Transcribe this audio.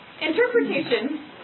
Interpretation